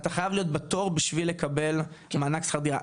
אתה חייב להיות בתור בשביל לקיים מענק שכר דירה,